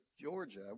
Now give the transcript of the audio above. Georgia